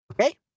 okay